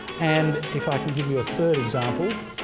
and if i can give you a third example,